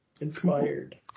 Inspired